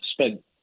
spent